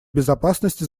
безопасности